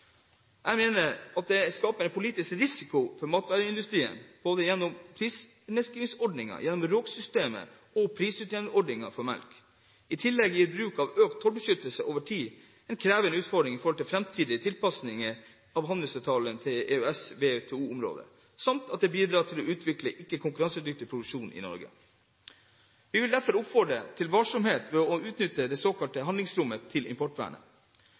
Jeg mener at dette skaper en politisk risiko for matvareindustrien, gjennom både prisnedskrivningsordningen gjennom RÅK-systemet og prisutjevningsordningen for melk. I tillegg gir bruk av økt tollbeskyttelse over tid en krevende utfordring i forhold til framtidige tilpasninger av handelsavtaler i EØS/WTO-området samt at det bidrar til utvikling av ikke-konkurransedyktig produksjon i Norge. Vi vil derfor oppfordre til varsomhet med å utnytte det såkalte handlingsrommet i importvernet.